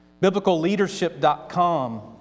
Biblicalleadership.com